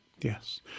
Yes